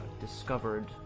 discovered